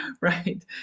right